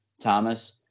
Thomas